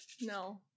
No